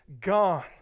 gone